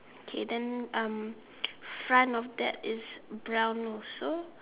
okay then um front of that is brown also